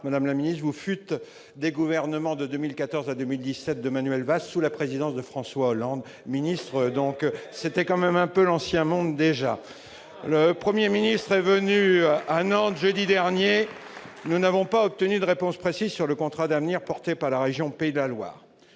Madame la ministre, vous fûtes des gouvernements de 2014 à 2017 de Manuel Valls, sous la présidence de François Hollande. C'était quand même déjà un peu l'ancien monde ! Le Premier ministre est venu à Nantes jeudi dernier. Nous n'avons pas obtenu de réponse précise sur le contrat d'avenir porté par la région Pays de la Loire.